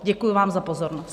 Děkuji vám za pozornost.